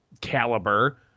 caliber